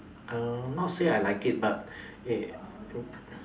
err not say I like it but